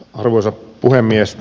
arvoisa puhemies